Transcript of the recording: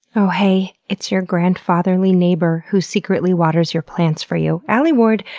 oh hey, it's your grandfatherly neighbor, who secretly waters your plants for you, alie ward,